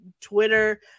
twitter